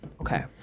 okay